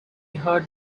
heard